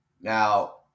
Now